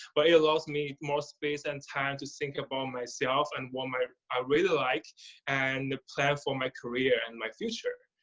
but it allows me more space and time to think about myself and what i really like and plan for my career and my future.